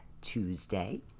Tuesday